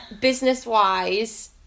Business-wise